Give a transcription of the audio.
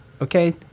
okay